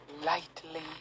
Lightly